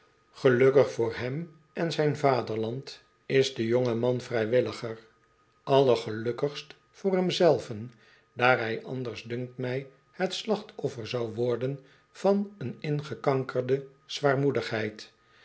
gelukkig voor hem en zijn vaderland is de jongeman vrijwilliger allergelukkigst voor hem zei ven daar hij anders dunkt mij het slachtoffer zou worden van een ingekankerde z